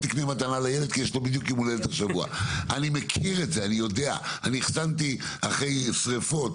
אני מכיר את זה, אני אחסנתי אנשים אחרי שריפות.